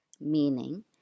meaning